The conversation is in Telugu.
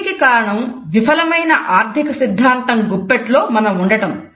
దీనికి కారణం విఫలమైన ఆర్థిక సిద్ధాంతం గుప్పెట్లో మనం ఉండటం